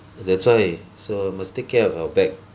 that's why so must take care of our back